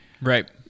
right